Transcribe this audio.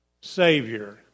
Savior